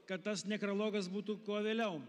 kad tas nekrologas būtų kuo vėliau